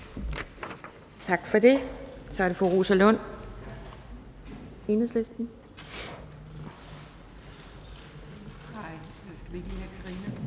Tak for det. Så er det fru